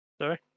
Sorry